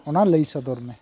ᱚᱱᱟ ᱞᱟᱹᱭ ᱥᱚᱫᱚᱨᱢᱮ